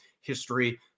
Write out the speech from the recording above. history